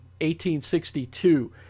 1862